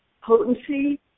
potency